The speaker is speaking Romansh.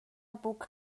buc